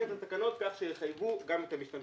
את התקנות כך שיחייבו גם את המשתמשים.